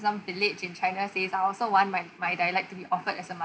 some village in china says I also want my my dialect to be offered as a moth~